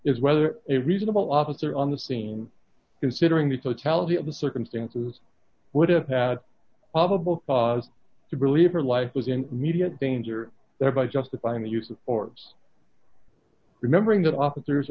is whether a reasonable officer on the scene considering the totality of the circumstances would have had probable cause to believe her life was in media danger thereby justifying the use of force remembering that officers